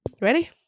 ready